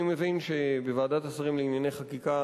אני מבין שבוועדת השרים לענייני חקיקה,